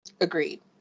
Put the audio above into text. Agreed